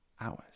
hours